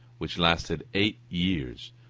which lasted eight years,